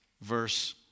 verse